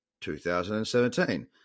2017